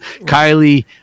Kylie